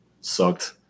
sucked